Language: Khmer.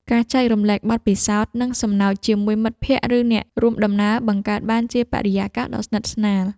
ការចែករំលែកបទពិសោធន៍ និងសំណើចជាមួយមិត្តភក្តិ ឬអ្នករួមដំណើរបង្កើតបានជាបរិយាកាសដ៏ស្និទ្ធស្នាល។